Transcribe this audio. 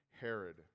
Herod